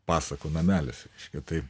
pasakų namelis reiškia tai